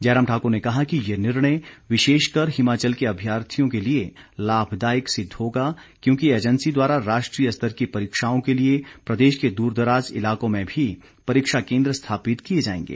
जयराम ठाकुर ने कहा कि ये निर्णय विशेषकर हिमाचल के अभ्यर्थियों के लिए लाभदायक सिद्ध होगा क्योंकि एजेंसी द्वारा राष्ट्रीय स्तर की परीक्षाओं के लिए प्रदेश के दूरदराज इलाकों में भी परीक्षा केंद्र स्थापित किए जाएंगे